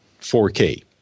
4K